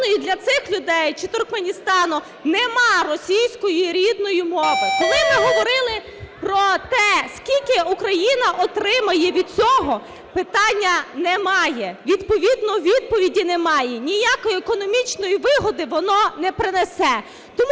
для цих людей, чи Туркменістану, нема російської рідної мови. Коли ми говорили про те, скільки Україна отримує від цього, питання немає, відповідно відповіді немає, ніякої економічної вигоди воно не принесе.